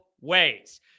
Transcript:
ways